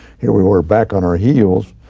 here we're back on our heels,